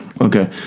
okay